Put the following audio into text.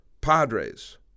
Padres